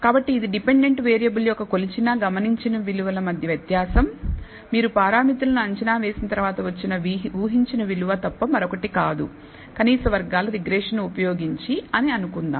కాబట్టి ఇది dependent variable యొక్క కొలిచిన గమనించిన విలువ మధ్య వ్యత్యాసం మీరు పారామిత్రులను అంచనా వేసిన తరువాత వచ్చిన ఊహించిన విలువ తప్ప మరొకటి కాదు కనీస వర్గాల రిగ్రెషన్ ఉపయోగించి అనుకుందాం